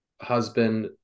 husband